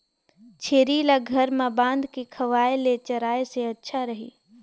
छेरी ल घर म बांध के खवाय ले चराय ले अच्छा रही?